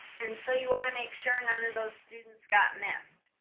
and so you want to make sure none of those students got missed.